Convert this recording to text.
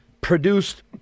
Produced